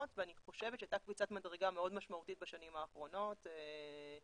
ואני חושבת שהייתה קפיצת מדרגה מאוד משמעותית בשנים האחרונות עם